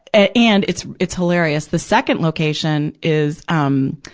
ah and, it's it's hilarious. the second location is, um,